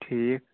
ٹھیٖک